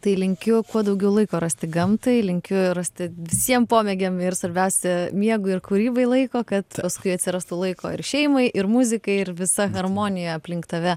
tai linkiu kuo daugiau laiko rasti gamtai linkiu rasti visiem pomėgiam ir svarbiausia miegui ir kūrybai laiko kad paskui atsirastų laiko ir šeimai ir muzikai ir visa harmonija aplink tave